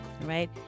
right